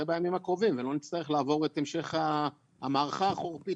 בימים הקרובים ולא נצטרך לעבור את המשך המערכה החורפית,